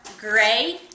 gray